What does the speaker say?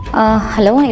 Hello